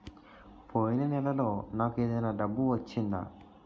పోయిన నెలలో నాకు ఏదైనా డబ్బు వచ్చిందా?